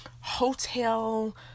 hotel